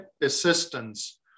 assistance